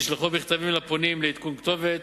נשלחו מכתבים לפונים לעדכון כתובת,